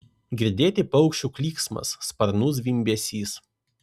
girdėti paukščių klyksmas sparnų zvimbesys